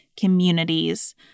communities